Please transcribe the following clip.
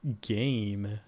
game